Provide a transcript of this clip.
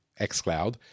xcloud